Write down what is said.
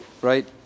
right